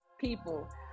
people